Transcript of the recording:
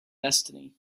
destiny